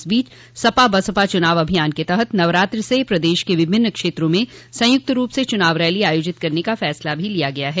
इस बीच सपा बसपा चुनाव अभियान के तहत नवरात्रि से प्रदेश के विभिन्न क्षेत्रों में संयुक्त रूप से चुनाव रैली आयोजित करने का फसला भी किया है